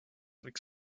võiks